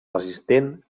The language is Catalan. resistent